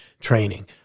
training